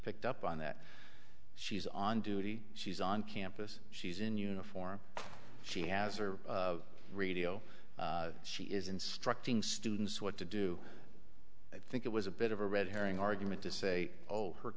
picked up on that she's on duty she's on campus she's in uniform she has or radio she is instructing students what to do i think it was a bit of a red herring argument to say oh her